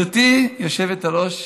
גברתי היושבת-ראש